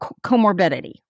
comorbidity